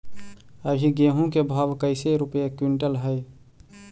अभी गेहूं के भाव कैसे रूपये क्विंटल हई?